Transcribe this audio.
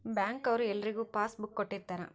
bank ಅವ್ರು ಎಲ್ರಿಗೂ passbook ಕೊಟ್ಟಿರ್ತರ